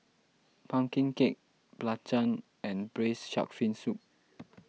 Pumpkin Cake Belacan and Braised Shark Fin Soup